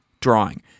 drawing